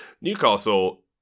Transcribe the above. Newcastle